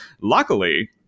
Luckily